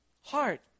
heart